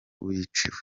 n’uwiciwe